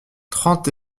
trente